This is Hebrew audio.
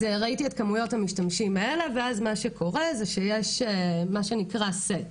אז ראיתי את כמויות המשתמשים האלה ואז מה שקורה זה שיש מה שנקרא סט.